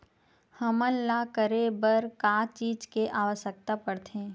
हमन ला करे बर का चीज के आवश्कता परथे?